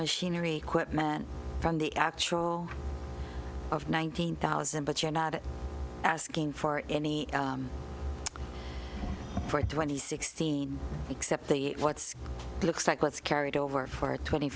man from the actual of nineteen thousand but you're not asking for any for twenty sixteen except the what's looks like what's carried over for twenty